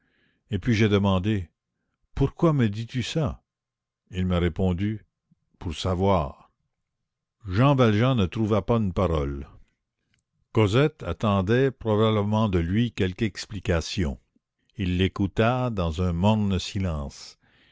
et puis j'ai demandé pourquoi me dis-tu ça il m'a répondu pour savoir jean valjean ne trouva pas une parole cosette attendait probablement de lui quelque explication il l'écouta dans un morne silence